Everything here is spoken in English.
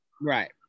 Right